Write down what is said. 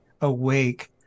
awake